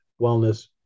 wellness